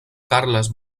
carles